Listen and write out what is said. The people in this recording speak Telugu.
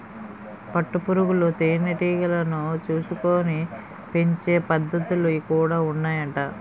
పట్టు పురుగులు తేనె టీగలను చూసుకొని పెంచే పద్ధతులు కూడా ఉన్నాయట